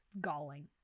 galling